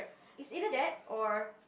it's either that or